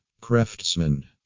Craftsman